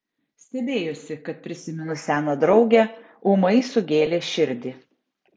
stebėjosi kad prisiminus seną draugę ūmai sugėlė širdį